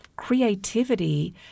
Creativity